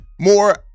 more